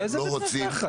איזה בית מרקחת?